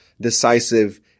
decisive